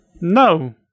No